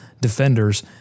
defenders